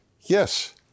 Yes